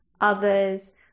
others